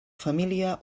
família